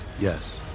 Yes